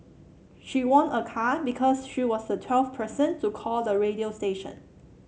she won a car because she was the twelfth person to call the radio station